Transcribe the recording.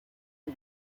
for